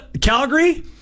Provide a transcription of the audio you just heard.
Calgary